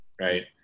right